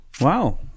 Wow